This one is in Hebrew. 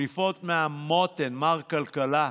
שליפות מהמותן, מר כלכלה,